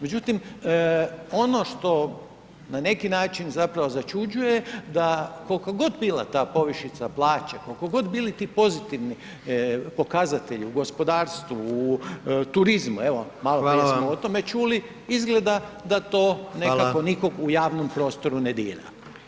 Međutim, ono što na neki način zapravo začuđuje da kolko god bila ta povišica plaće, kolko god bili ti pozitivni pokazatelji u gospodarstvu, u turizmu, evo [[Upadica: Hvala vam]] maloprije smo o tome čuli, izgleda da to nekako [[Upadica: Hvala]] nikog u javnom prostoru ne dira.